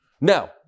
Now